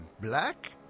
Black